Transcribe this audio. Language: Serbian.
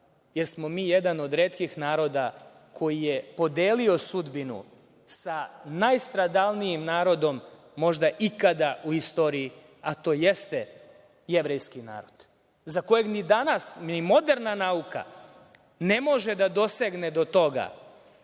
jer smo mi jedan od retkih naroda koji je podelio sudbinu sa najstradalnijim narodom možda ikada u istoriji, a to jeste jevrejski narod, za kojeg ni danas ni moderna nauka ne može da dosegne do toga